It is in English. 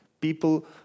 People